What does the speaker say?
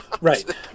Right